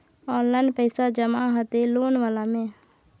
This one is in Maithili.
ऑनलाइन पैसा जमा हते लोन वाला में?